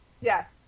Yes